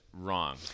wrong